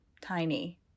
tiny